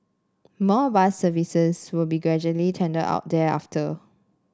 more bus services will be gradually tendered out thereafter